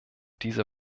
diese